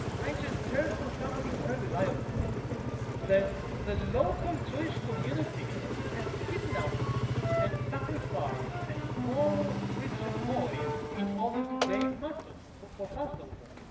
i just heard from somebody very reliable that the local jewish community has kidnapped and sacrified a small christian boy in order to baked matzos for passover.